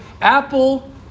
Apple